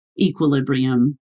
equilibrium